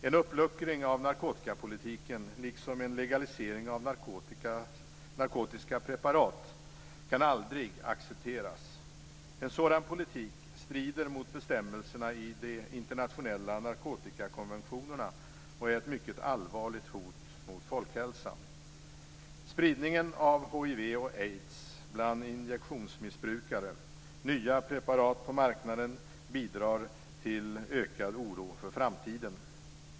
En uppluckring av narkotikapolitiken, liksom en legalisering av narkotiska preparat, kan aldrig accepteras. En sådan politik strider mot bestämmelserna i de internationella narkotikakonventionerna och är ett mycket allvarligt hot mot folkhälsan. Spridningen av hiv och aids bland injektionsmissbrukare bidrar, liksom nya preparat på marknaden, till ökad oro för framtiden.